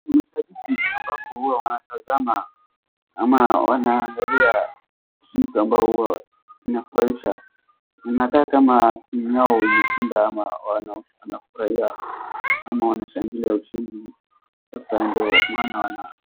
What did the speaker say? Mashabiki ambapo hua wanatazama ama wanaangalia kitu ambayo hua inafurahisha inakaa kama timu yao imeshinda ama waafurahia ama wanashangilia ushindi sasa ndio maana wana.